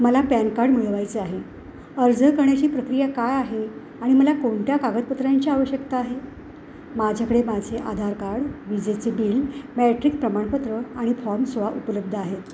मला PAN card मिळवायचं आहे अर्ज करण्याची प्रक्रिया काय आहे आणि मला कोणत्या कागदपत्रांची आवश्यकता आहे माझ्याकडे माझे आधार कार्ड विजेचे बिल मॅट्रिक प्रमाणपत्र आणि फॉर्म सोळा उपलब्ध आहेत